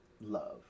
love